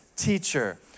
teacher